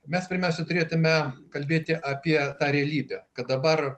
mes pirmiausia turėtumėme kalbėti apie realybę kad dabar